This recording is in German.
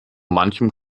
manchem